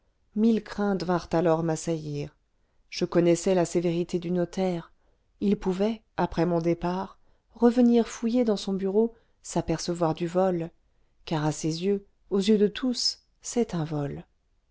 mille craintes vinrent alors m'assaillir je connaissais la sévérité du notaire il pouvait après mon départ revenir fouiller dans son bureau s'apercevoir du vol car à ses yeux aux yeux de tous c'est un vol